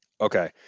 Okay